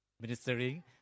ministering